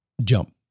jump